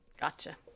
Gotcha